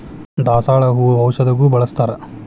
ದಾಸಾಳ ಹೂ ಔಷಧಗು ಬಳ್ಸತಾರ